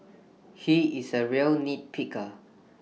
he is A real nitpicker